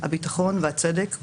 הביטחון והצדק.